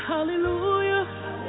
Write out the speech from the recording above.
Hallelujah